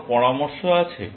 কোন পরামর্শ আছে